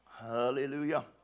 hallelujah